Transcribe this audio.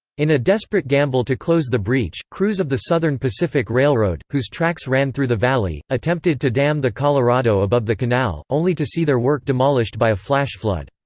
in a desperate gamble to close the breach, crews of the southern pacific railroad, whose tracks ran through the valley, attempted to dam the colorado above the canal, only to see their work demolished by a flash flood.